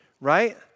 right